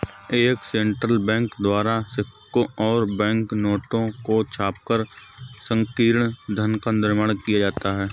एक central bank द्वारा सिक्कों और बैंक नोटों को छापकर संकीर्ण धन का निर्माण किया जाता है